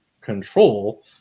control